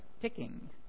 ticking